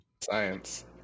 Science